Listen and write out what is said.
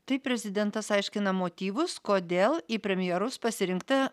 taip prezidentas aiškina motyvus kodėl į premjerus pasirinkta